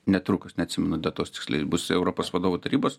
netrukus neatsimenu datos tiksliai bus europos vadovų tarybos